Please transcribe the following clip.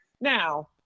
Now